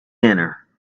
dinner